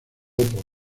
por